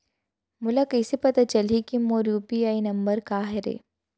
मोला कइसे ले पता चलही के मोर यू.पी.आई नंबर का हरे?